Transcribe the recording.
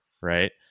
right